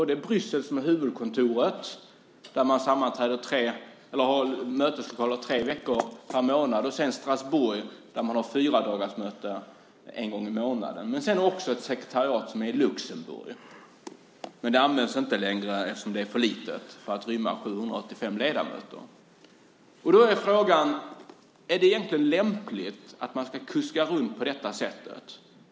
I Bryssel finns huvudkontoret, där man har möten tre veckor per månad. I Strasbourg har man fyradagarsmöten en gång i månaden. Det finns också ett sekretariat i Luxemburg, men det används inte längre, eftersom det är för litet för att rymma 785 ledamöter. Frågan är om det egentligen är lämpligt att man ska kuska runt på detta sätt.